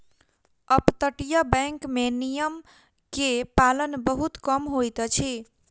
अपतटीय बैंक में नियम के पालन बहुत कम होइत अछि